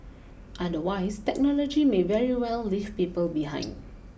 otherwise technology may very well leave people behind